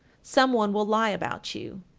some one will lie about you.